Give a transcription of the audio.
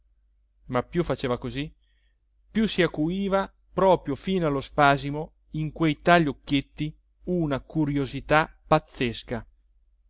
ma più faceva così più si acuiva proprio fino allo spasimo in quei tali occhietti una curiosità pazzesca